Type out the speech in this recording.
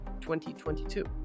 2022